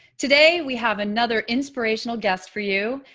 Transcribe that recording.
today we have another inspirational guest for you,